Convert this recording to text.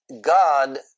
God